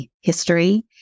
history